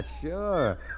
Sure